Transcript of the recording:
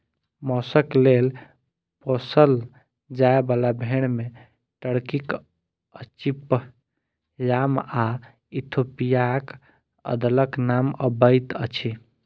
मौसक लेल पोसल जाय बाला भेंड़ मे टर्कीक अचिपयाम आ इथोपियाक अदलक नाम अबैत अछि